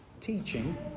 teaching